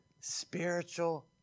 spiritual